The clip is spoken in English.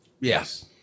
Yes